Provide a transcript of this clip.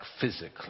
physically